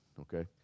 okay